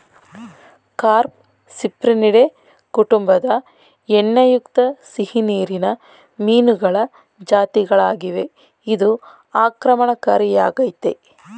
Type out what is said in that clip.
carp Cyprinidae ಕುಟುಂಬದ ಎಣ್ಣೆಯುಕ್ತ ಸಿಹಿನೀರಿನ ಮೀನುಗಳ ಜಾತಿಗಳಾಗಿವೆ ಇದು ಆಕ್ರಮಣಕಾರಿಯಾಗಯ್ತೆ